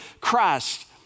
Christ